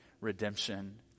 redemption